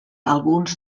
alguns